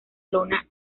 lona